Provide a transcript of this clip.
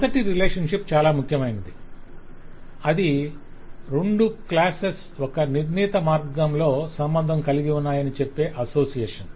మొదటి రిలేషన్షిప్ చాలా ముఖ్యమైనది అది రెండు క్లాసెస్ ఒక నిర్ణీత మార్గంలో సంబంధం కలిగి ఉన్నాయని చెప్పే అసోసియేషన్